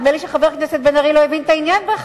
נדמה לי שחבר הכנסת בן-ארי בכלל לא הבין את העניין.